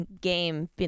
game